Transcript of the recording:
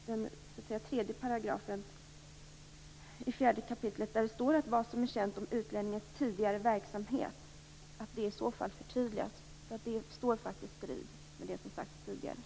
Det som stadgas där om vad som är känt om utlänningens tidigare verksamhet bör alltså förtydligas.